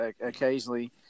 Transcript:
occasionally